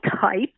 type